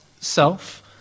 self